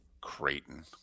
Creighton